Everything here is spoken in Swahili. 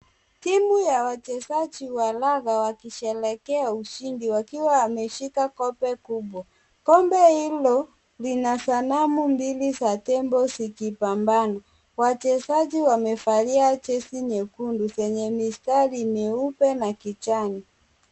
Timu ya wachezaji wa raga wakisherekea ushindi wakiwa wameshika kombe kubwa. Kombe hilo lina sanamu mbili za tembo zikipambana. Wachezaji wamevalia jezi nyekundu zenye mistari mieupe na kijani.